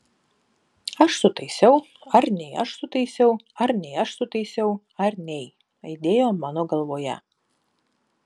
aš sutaisiau ar nei aš sutaisiau ar nei aš sutaisiau ar nei aidėjo mano galvoje